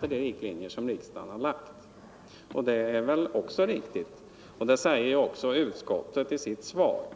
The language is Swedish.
de riktlinjer som riksdagen dragit upp. Detta är väl riktigt, och det säger också utskottet i sitt yttrande.